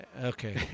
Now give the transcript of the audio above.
Okay